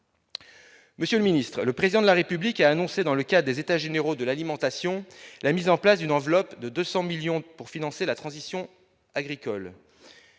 Monsieur le ministre, le président de la République a annoncé, dans le cas des états généraux de l'alimentation, la mise en place d'une enveloppe de 200 millions pour financer la transition agricole,